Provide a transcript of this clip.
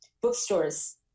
bookstores